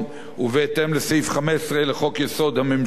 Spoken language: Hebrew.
ובהתאם לסעיף 15 לחוק-יסוד: הממשלה,